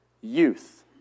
youth